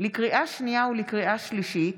לקריאה שנייה וקריאה שלישית: